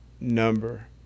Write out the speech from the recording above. number